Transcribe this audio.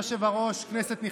אמרתי שאתה